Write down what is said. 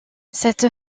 cette